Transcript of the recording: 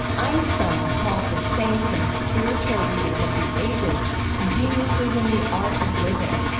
einstein called the saints and spiritual leaders of the ages geniuses in the art of living,